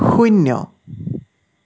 শূন্য